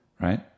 Right